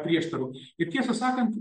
prieštarų ir tiesą sakant